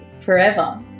forever